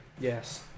Yes